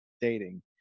dating